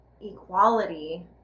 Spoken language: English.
equality